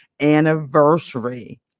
anniversary